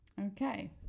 okay